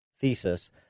thesis